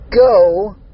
go